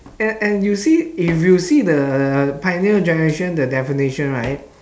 and and you see if you see the pioneer generation the definition right